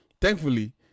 Thankfully